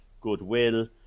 goodwill